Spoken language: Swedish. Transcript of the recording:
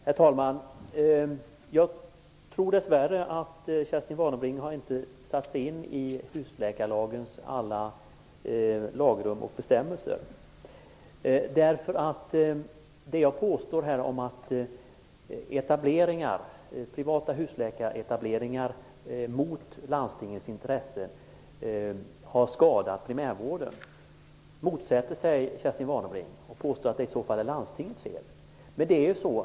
Herr talman! Dess värre tror jag att Kerstin Warnerbring inte har satt sig in i husläkarlagens alla lagrum och bestämmelser. Vad jag påstod om att privata husläkaretableringar i strid med landstingets intressen har skadat primärvården motsätter sig Kerstin Warnerbring. Hon påstår att det i så fall är landstingets fel.